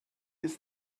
ist